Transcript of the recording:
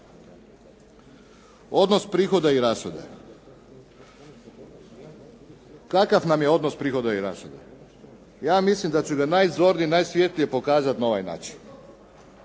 Odnos prihoda i rashoda. Kakav nam je odnos prihoda i rashoda? Ja mislim da ću ga najzornije, najsvjetlije pokazati na ovaj način.